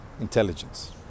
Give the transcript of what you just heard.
intelligence